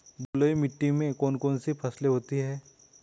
बलुई मिट्टी में कौन कौन सी फसलें होती हैं?